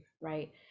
right